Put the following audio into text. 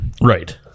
Right